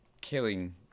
killing